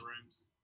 rooms